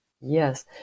Yes